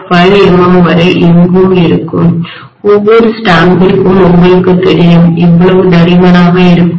5 mm வரை எங்கும் இருக்கும் ஒவ்வொரு ஸ்டாம்பிங்கும் உங்களுக்குத் தெரியும் இவ்வளவு தடிமனாக இருக்கும்